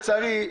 לצערי,